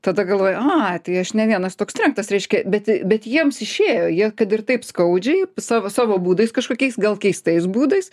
tada galvoji ai tai aš ne vienas toks trenktas reiškia bet bet jiems išėjo jie kad ir taip skaudžiai savo savo būdais kažkokiais gal keistais būdais